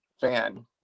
fan